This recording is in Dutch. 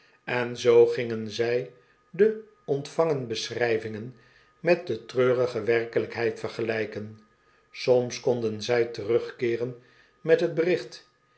en zoo gingen zij de ontvangen beschrijvingen met de treurige werkelijkheid vergelijken soms konden zij terugkeeren met t bericht